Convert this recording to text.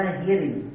hearing